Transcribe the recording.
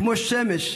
כמו שמש,